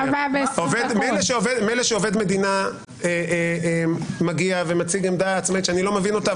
מילא שעובד מדינה מגיע ומציג עמדה עצמאית שאני לא מבין אותה,